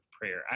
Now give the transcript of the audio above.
prayer